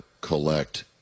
collect